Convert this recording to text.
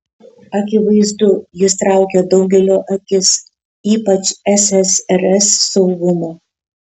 akivaizdu jis traukė daugelio akis ypač ssrs saugumo